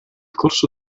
corso